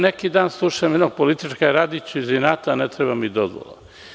Neki dan slušam jednog političara koji kaže – radiću iz inata, ne treba mi dozvola.